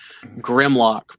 Grimlock